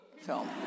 film